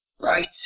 Right